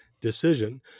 decision